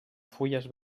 fulles